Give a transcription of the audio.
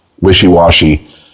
wishy-washy